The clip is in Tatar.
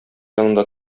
янында